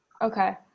Okay